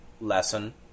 lesson